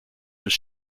was